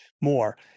more